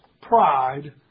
pride